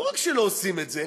ולא רק שלא עושים את זה,